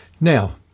now